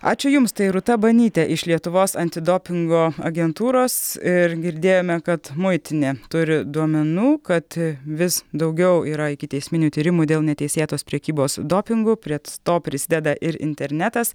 ačiū jums tai rūta banytė iš lietuvos antidopingo agentūros ir girdėjome kad muitinė turi duomenų kad vis daugiau yra ikiteisminių tyrimų dėl neteisėtos prekybos dopingu prie to prisideda ir internetas